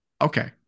Okay